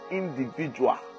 individual